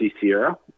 Sierra